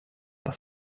was